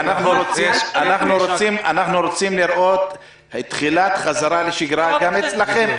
אנחנו רוצים לראות תחילת חזרה לשגרה גם אצלכם.